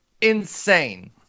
Insane